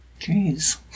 Jeez